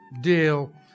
Deal